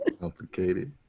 Complicated